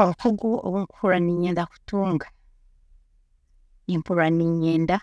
Obukugu obunkuhuurra ninyenda kutunga, nimpuurra ninyenda